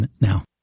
now